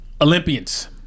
Olympians